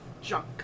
junk